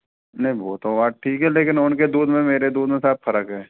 नहीं वो तो बात ठीक है लेकिन उनके दूध में मेरे दूध में साहब फ़र्क है